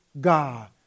God